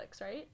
right